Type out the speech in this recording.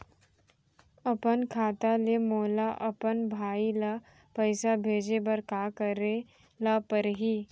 अपन खाता ले मोला अपन भाई ल पइसा भेजे बर का करे ल परही?